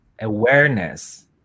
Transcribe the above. awareness